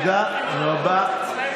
באופוזיציה,